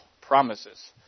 promises